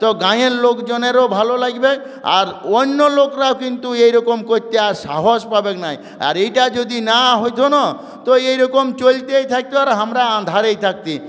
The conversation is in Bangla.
তো গাঁয়ের লোকজনেরও ভালো লাগবে আর অন্য লোকরাও কিন্তু এই রকম করতে আর সাহস পাবে না আর এইটা যদি না হতো না তো এইরকম চলতেই থাকতো আমরা আঁধারেই থাকতাম